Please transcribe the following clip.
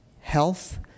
health